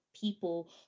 people